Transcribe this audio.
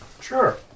Sure